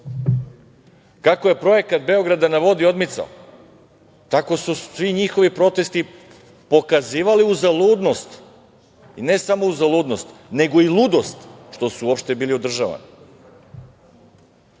Kako je projekat „Beograd na vodi“ odmicao tako su svi njihovi protesti pokazivali uzaludnost i ne samo uzaludnost, nego i ludost, što su uopšte bili održavani.